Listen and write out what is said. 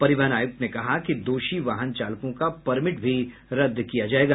परिवहन आयुक्त ने कहा कि दोषी वाहन चालकों का परमिट भी रद्द किया जायेगा